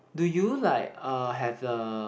do you like uh have the